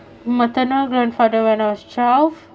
maternal grandfather when I was twelve